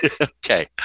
okay